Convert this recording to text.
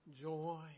joy